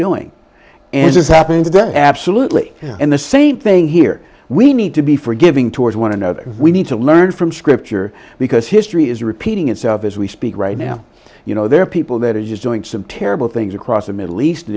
doing and this happened today absolutely in the same thing here we need to be forgiving towards one another we need to learn from scripture because history is repeating itself as we speak right now you know there are people that are just doing some terrible things across the middle east